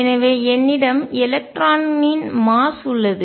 எனவே என்னிடம் எலக்ட்ரானின் மாஸ் நிறை உள்ளது